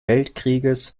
weltkrieges